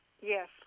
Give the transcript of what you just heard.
Yes